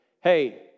hey